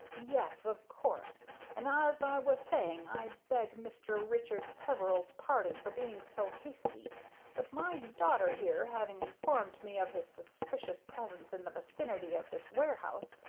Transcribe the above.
yes, of course and, as i was saying, i beg mr. richard peveril's pardon for being so hasty but my daughter here, having informed me of his suspicious presence in the vicinity of this warehouse,